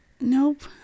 nope